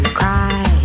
cry